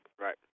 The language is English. right